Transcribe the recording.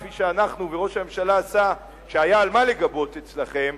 כפי שאנחנו עשינו וראש הממשלה עשה כשהיה מה לגבות אצלכם.